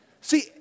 See